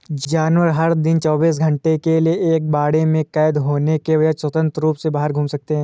जानवर, हर दिन चौबीस घंटे के लिए एक बाड़े में कैद होने के बजाय, स्वतंत्र रूप से बाहर घूम सकते हैं